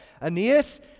Aeneas